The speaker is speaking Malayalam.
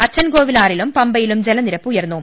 അച്ചൻകോവിലാറിലും പമ്പയിലും ജലനിരപ്പ് ഉയർന്നു